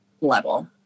level